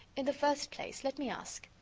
in the first place, let me ask,